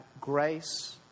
grace